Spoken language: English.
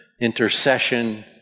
intercession